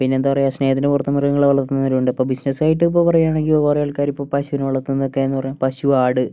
പിന്നെ എന്താ പറയുക സ്നേഹത്തിൻ്റെ പുറത്തും മൃഗങ്ങളെ വളർത്തുന്നവരുണ്ട് ഇപ്പോൾ ബിസിനസ് ആയിട്ട് ഇപ്പോൾ പറയാണെങ്കി കുറെ ആൾക്കാര് ഇപ്പോൾ പശുവിനെ വളർത്തുന്നതോക്കേന്ന് പറയും പശു ആട്